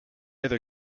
other